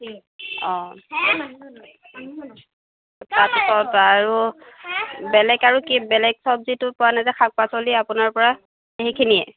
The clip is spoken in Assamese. অঁ তাৰপিছত আৰু বেলেগ আৰু কি বেলেগ চবজিতো পোৱা নাযায় শাক পাচলি আপোনাৰ পৰা সেইখিনিয়ে